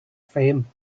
fame